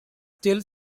still